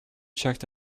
checked